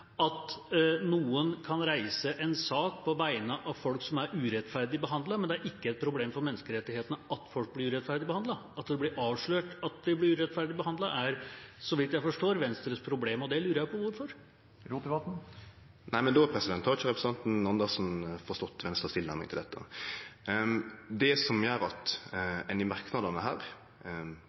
at noen kan reise en sak på vegne av folk som er urettferdig behandlet, men ikke et problem for menneskerettighetene at folk blir urettferdig behandlet? At det blir avslørt at folk blir urettferdig behandlet, er – så vidt jeg forstår – Venstres problem, og det lurer jeg på hvorfor. Men då har ikkje representanten Andersen forstått Venstres tilnærming til dette. Det som